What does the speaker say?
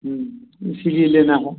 इसीलिए लेना है